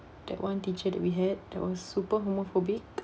that one teacher that we had that was super homophobic